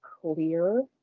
clear